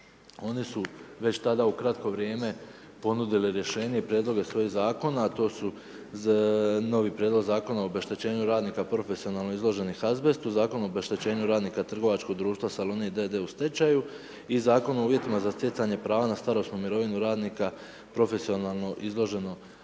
oni su već tada u kratko vrijeme ponudili rješenje i prijedloge svojih zakona, a to su novi prijedlog zakona o obeštećenju radnika profesionalno izloženih azbestu, zakon o obeštećenju radnika trgovačkog društva Salonit d.d. u stečaju i Zakon o uvjetima za stjecanje prava na starosnu mirovinu radnika profesionalno izloženo azbestu.